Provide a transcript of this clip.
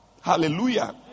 Hallelujah